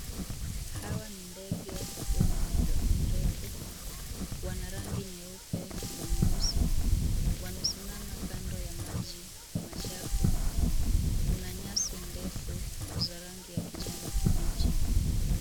Hawa ni ndege wenye midomo mirefu. Wana rangi nyeupe na nyeusi. Wamesimama kando ya maji machafu. Kuna nyasi ndefu za rangi ya kijani kibichi.